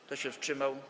Kto się wstrzymał?